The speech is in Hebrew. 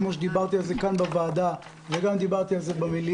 כפי שדיברתי על זה כאן בוועדה ודיברתי על זה גם במליאה,